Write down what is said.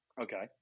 Okay